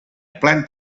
plan